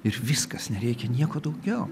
ir viskas nereikia nieko daugiau